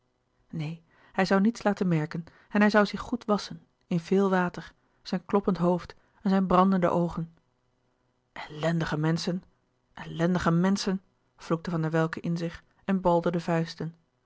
neen hij zoû niets laten merken en hij zoû zich goed wasschen in veel water zijn kloppend hoofd en zijn brandende oogen louis couperus de boeken der kleine zielen ellendige menschen ellendige menschen vloekte van der welcke in zich en balde de vuisten